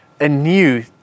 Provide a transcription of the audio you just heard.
anew